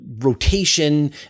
rotation